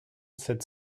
sept